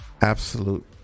Absolute